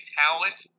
talent